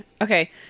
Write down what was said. Okay